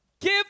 give